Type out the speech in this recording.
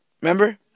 Remember